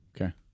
okay